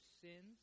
sins